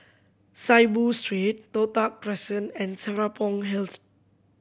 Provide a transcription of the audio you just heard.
Saiboo Street Toh Tuck Crescent and Serapong Hill Road